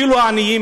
אפילו עניים,